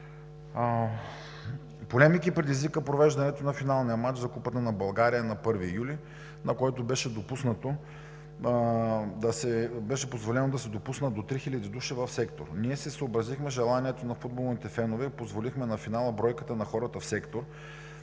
Полемики предизвика провеждането на финалния мач за Купата на България на 1 юли, на който беше позволено да се допуснат до три хиляди души в сектора. Ние се съобразихме с желанието на футболните фенове и позволихме на финала бройката на хората в сектор